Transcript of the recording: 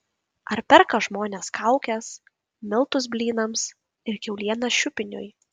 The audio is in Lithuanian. ar perka žmonės kaukes miltus blynams ir kiaulieną šiupiniui